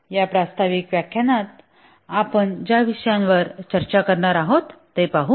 या प्रास्ताविक व्याख्यानात आपण ज्या विषयांवर चर्चा करूया ते पाहू